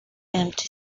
empty